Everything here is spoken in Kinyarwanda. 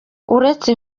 uretse